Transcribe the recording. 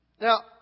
now